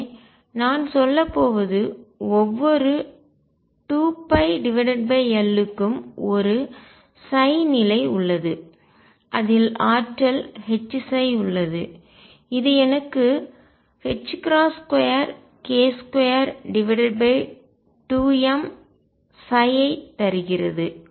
எனவே நான் சொல்லப்போவது ஒவ்வொரு 2π L க்கும் ஒரு நிலை உள்ளது அதில் ஆற்றல் Hψ உள்ளது இது எனக்கு 2k22m ψ தருகிறது